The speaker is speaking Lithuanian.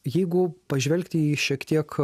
jeigu pažvelgti į šiek tiek